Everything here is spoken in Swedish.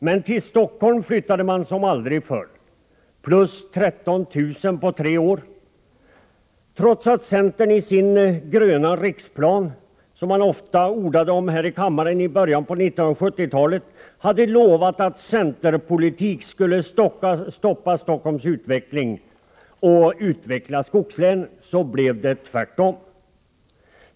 Men till Stockholm flyttade man som aldrig förr, 13 000 på tre år. Trots att centern i sin ”gröna” riksplan, som man så ofta ordade om här i riksdagen i början av 1970-talet, hade lovat att centerpolitiken skulle stoppa Stockholms utveckling och utveckla skogslänen, så blev det tvärtom.